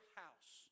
house